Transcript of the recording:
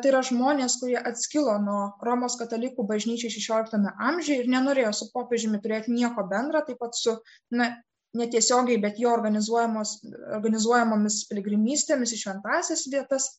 tai yra žmonės kurie atskilo nuo romos katalikų bažnyčios šešioliktame amžiuje ir nenorėjo su popiežiumi turėti nieko bendra taip pat su na netiesiogiai bet jo organizuojamos organizuojamomis piligrimystėmis į šventąsias vietas